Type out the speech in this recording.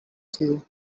few